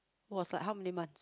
was like how many month